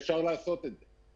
אפשר לעשות את זה.